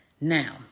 Now